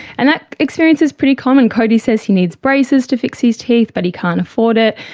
and that experience is pretty common. cody says he needs braces to fix his teeth but he can't afford it.